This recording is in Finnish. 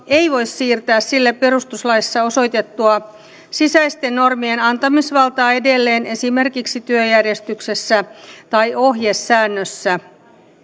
ei voi siirtää sille perustuslaissa osoitettua sisäisten normien antamisvaltaa edelleen esimerkiksi työjärjestyksessä tai ohjesäännössä